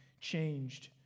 changed